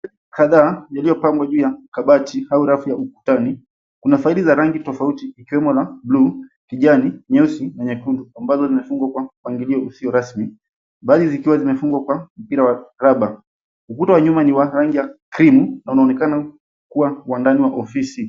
Faili kadhaa vilivyopangwa juu ya kabati au rafu ya ukutani. Kuna faili za rangi tofauti ikiwemo na buluu, kijani, nyeusi, na nyekundu ambazo zimefungwa kwa mpangilio usio rasmi, baadhi zikiwa zimefungwa kwa mpira wa raba. Ukuta wa nyuma ni wa rangi ya krimu na unaonekana kuwa wa ndani wa ofisi.